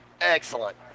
excellent